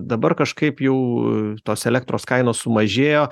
dabar kažkaip jau tos elektros kainos sumažėjo